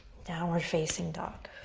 downward facing dog.